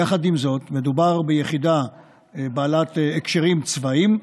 יחד עם זאת, מדובר ביחידה בעלת הקשרים צבאיים.